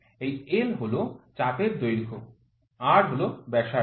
এই l হল চাপের দৈর্ঘ্য R হল ব্যাসার্ধ